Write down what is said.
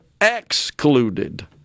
excluded